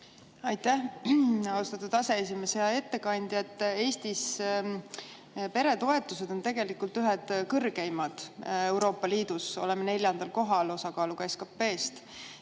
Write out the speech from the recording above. Aitäh, austatud aseesimees! Hea ettekandja! Eestis peretoetused on tegelikult ühed kõrgeimad Euroopa Liidus, oleme neljandal kohal osakaaluga SKP‑s.